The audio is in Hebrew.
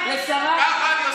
איך זה קשור לשוביניזם?